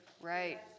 Right